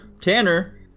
Tanner